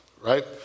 right